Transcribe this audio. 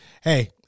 hey